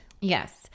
Yes